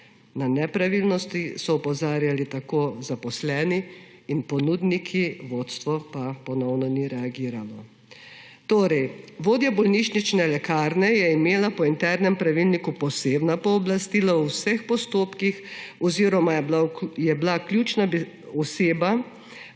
Na nepravilnosti so opozarjali tako zaposleni kot ponudniki, vodstvo pa ponovno ni reagiralo. Torej, vodja bolnišnične lekarne je imela po internem pravilniku posebna pooblastila v vseh postopkih oziroma je bila ključna oseba